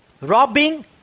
robbing